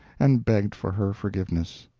and begged for her forgiveness.